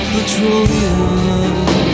Petroleum